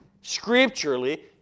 scripturally